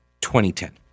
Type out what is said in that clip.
2010